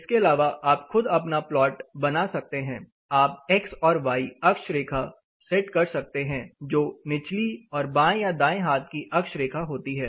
इसके अलावा आप खुद अपना प्लॉट बना सकते हैं आप एक्स और वाई अक्षरेखा सेट कर सकते हैं जो निचली और बाएं या दाएं हाथ की अक्षरेखा होती है